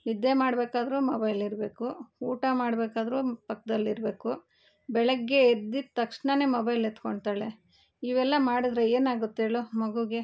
ನಿದ್ದೆ ಮಾಡಬೇಕಾದ್ರು ಮೊಬೈಲ್ ಇರಬೇಕು ಊಟ ಮಾಡಬೇಕಾದ್ರೂ ಪಕ್ದಲ್ಲಿರಬೇಕು ಬೆಳಗ್ಗೆ ಎದ್ದಿದ ತಕ್ಷಣ ಮೊಬೈಲ್ ಎತ್ಕೊತಾಳೆ ಇವೆಲ್ಲ ಮಾಡಿದ್ರೆ ಏನಾಗುತ್ತೇಳು ಮಗುಗೆ